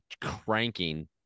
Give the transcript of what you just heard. cranking